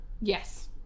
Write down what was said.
Yes